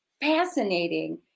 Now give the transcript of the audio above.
fascinating